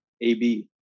AB